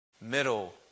Middle